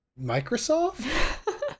Microsoft